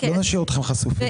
לא נשאיר אותך חשוף.